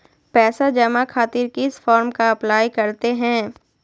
पैसा जमा खातिर किस फॉर्म का अप्लाई करते हैं?